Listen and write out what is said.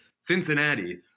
Cincinnati